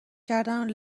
کردنو